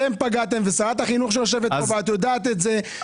אתם פגעתם ושרת החינוך שיושבת כאן יודעת את זה.